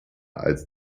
als